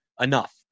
enough